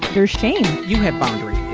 i'm ashamed. you have boundary